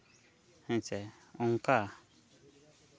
ᱦᱮᱸ ᱪᱮ ᱚᱱᱠᱟ